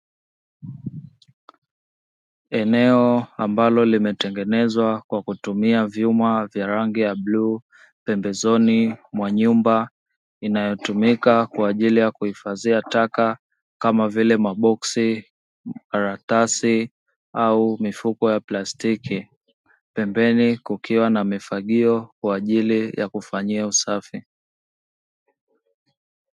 Eneo ambalo limetengenezwa kwa kutumia vyuma vya rangi ya bluu pembezoni mwa nyumba inayotumika kwa ajili ya kuhifadhia taka kama vile maboksi, karatasi, au mifuko ya plastiki. Pembeni kukio na mifagio kwa ajili ya kufanyia usafi.